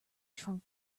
shrunk